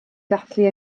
ddathlu